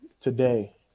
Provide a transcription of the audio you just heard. today